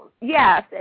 Yes